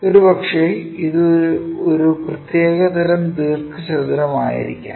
ഒരുപക്ഷേ ഇത് ഒരു പ്രത്യേക തരം ദീർഘചതുരം ആയിരിക്കാം